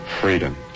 Freedom